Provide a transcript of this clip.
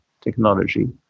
technology